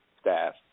staff